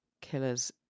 killers